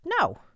No